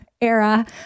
era